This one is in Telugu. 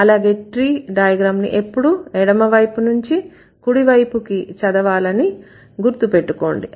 అలాగే ట్రీ డయాగ్రామ్ ని ఎప్పుడూ ఎడమవైపు నుంచి కుడివైపు చదవాలని గుర్తుపెట్టుకోండి